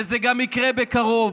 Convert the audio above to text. וזה גם יקרה בקרוב,